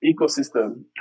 ecosystem